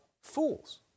fools